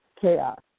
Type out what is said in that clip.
chaos